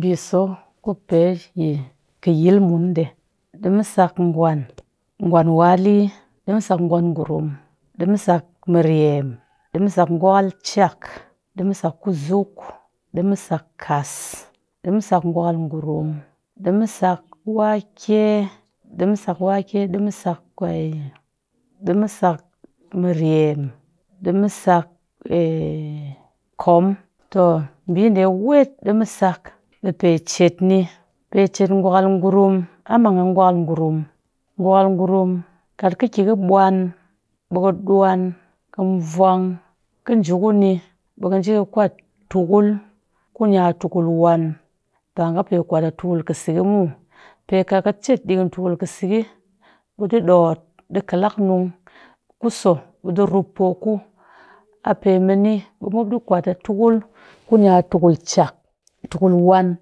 Ɓiiso kupe yi kɨ yilmun de, ɗii mu sak gwan, gwan wali, ɗii mu sak gwan ngurum ɗii musak mɨreem ɗiimusak gwakal chak ɗiimusak kusuk ɗiimusak kas ɗiimusak gwakal ngurum ɗiimusak wake ɗiimusak kwe, ɗiimusak mɨreem ɗiimusak kom too. ɓiiɗewet ɗiimusak ɓii pe chet ni, pe cet gwakal ngurum a mang a gwakal ngurum, gwakal ngurum kat kɨki kɨ ɓwan ɓii kɨ ɗwan kɨ vwang kɨ nji kuni ɓɨɨ kɨ nji kwat tukul kunya tukul waan ba nga pe kwat a tukul kɨsɨkhɨ muw pe kat ka chet ɗiikin tukul kɨsɨkhɨ ɓee ɗii ɗoot ɗii kalak nung kuso ɓe ɗɨɨ rup ku a pemini ɓe mop ɗi kwat a tukul kunya tukul chiak, tukul waan